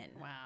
Wow